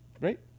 Right